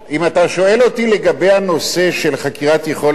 אם אתה שואל אותי לגבי הנושא של חקירת יכולת,